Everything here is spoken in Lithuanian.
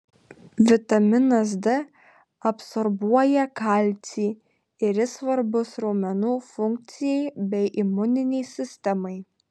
vitaminas d absorbuoja kalcį ir jis svarbus raumenų funkcijai bei imuninei sistemai